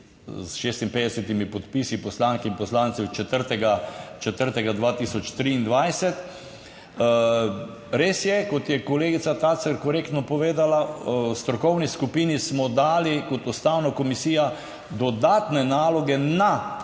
s 56 podpisi poslank in poslancev 4. 4. 2023. Res je, kot je kolegica Tacer korektno povedala, v strokovni skupini smo dali kot Ustavna komisija dodatne naloge na,